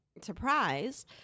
surprise